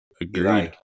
Agreed